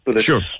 Sure